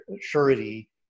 surety